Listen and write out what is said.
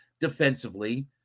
defensively